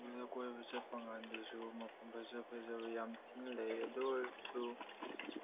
ꯃꯤꯅ ꯀꯣꯏꯕ ꯆꯠꯄꯀꯥꯟꯗꯁꯨ ꯃꯐꯝ ꯐꯖ ꯐꯖꯕ ꯌꯥꯝ ꯊꯤꯅ ꯂꯩꯌꯦ ꯑꯗꯨ ꯑꯣꯏꯔꯒꯁꯨ